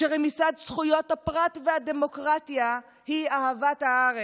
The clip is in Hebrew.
שרמיסת זכויות הפרט והדמוקרטיה היא אהבת הארץ.